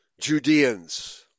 Judeans